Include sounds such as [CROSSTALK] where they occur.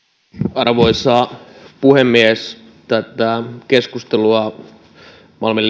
arvoisa puhemies tätä keskustelua malmin [UNINTELLIGIBLE]